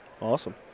Awesome